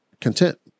content